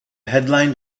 headline